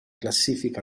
classifica